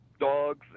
dogs